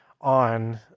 on